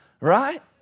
Right